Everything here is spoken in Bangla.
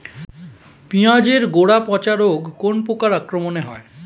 পিঁয়াজ এর গড়া পচা রোগ কোন পোকার আক্রমনে হয়?